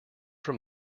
from